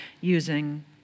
using